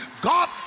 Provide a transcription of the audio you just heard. God